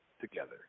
together